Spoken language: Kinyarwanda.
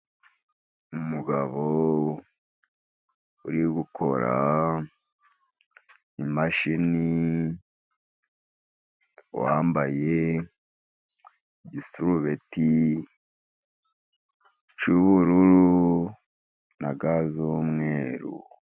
Umugabo uri gukora imashini , wambaye isurubeti y'ubururu na ga z'umweru.